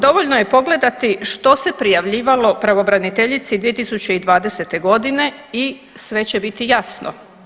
Dovoljno je pogledati što se prijavljivalo pravobraniteljici 2020.g. i sve će biti jasno.